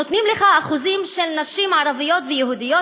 נותנים לך אחוזים של נשים ערביות ויהודיות